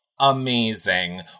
Amazing